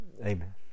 Amen